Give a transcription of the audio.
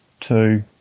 two